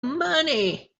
money